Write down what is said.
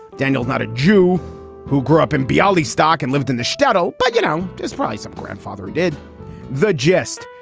daniel, not a jew who grew up in bialystok and lived in the shtetl. but, you know, as price of grandfather did the gist.